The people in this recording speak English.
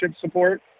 support